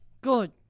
Good